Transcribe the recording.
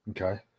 Okay